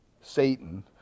Satan